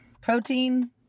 Protein